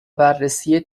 بررسی